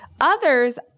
Others